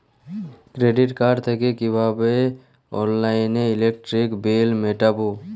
Credit card থেকে কিভাবে অনলাইনে ইলেকট্রিক বিল মেটাবো?